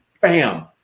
bam